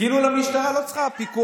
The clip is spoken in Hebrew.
כאילו המשטרה לא צריכה פיקוח,